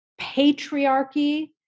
patriarchy